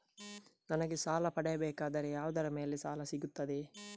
ನನಗೆ ಸಾಲ ಪಡೆಯಬೇಕಾದರೆ ಯಾವುದರ ಮೇಲೆ ಸಾಲ ಸಿಗುತ್ತೆ?